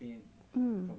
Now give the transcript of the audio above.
mm